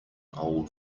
old